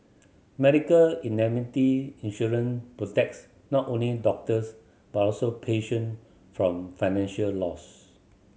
medical indemnity insurance protects not only doctors but also patient from financial loss